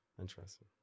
interesting